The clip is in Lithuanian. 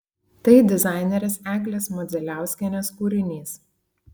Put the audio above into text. tai dizainerės eglės modzeliauskienės kūrinys